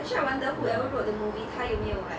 厦门 that railroad